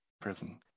Prison